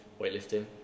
weightlifting